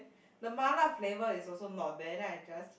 the mala flavour is also not there then I just